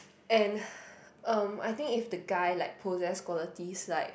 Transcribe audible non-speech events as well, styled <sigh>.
and <breath> um I think if the guy like possess qualities like